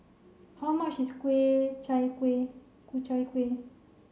how much is Chai Kuih Ku Chai Kuih